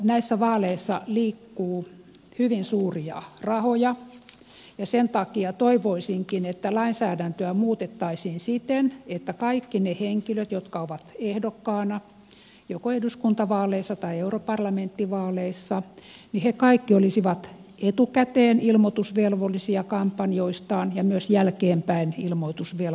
näissä vaaleissa liikkuu hyvin suuria rahoja ja sen takia toivoisinkin että lainsäädäntöä muutettaisiin siten että kaikki ne henkilöt jotka ovat ehdokkaina joko eduskuntavaaleissa tai europarlamentti vaaleissa olisivat etukäteen ilmoitusvelvollisia kampanjoistaan ja myös jälkeenpäin ilmoitusvelvollisia